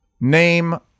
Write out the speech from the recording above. Name